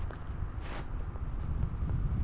আমি কি আমার হেলথ ইন্সুরেন্স করতে পারি?